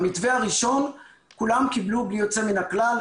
במתווה הראשון כולם קיבלו בלי יוצא מן הכלל.